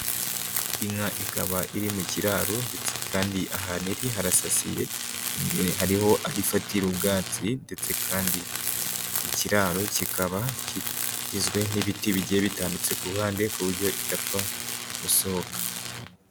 Inka ikaba iri mu kiraro ndetse kandi ahaniri harasasiye, imbere hari aho ifatira ubwatsi ndetse kandi ikiraro kikaba kigizwe n'ibiti bigiye bitambitse ku ruhande ku buryo idapfa gusohoka.